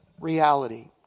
reality